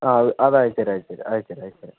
ആ അത് അയച്ചുതരാം അയച്ചുതരാം